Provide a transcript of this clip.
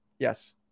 Yes